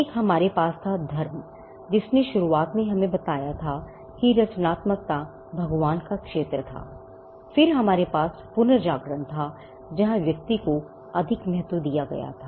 एक हमारे पास था धर्म जिसने शुरुआत में हमें बताया था कि रचनात्मकता भगवान का क्षेत्र था और फिर हमारे पास पुनर्जागरणथा जहां व्यक्ति को अधिक महत्व दिया गया था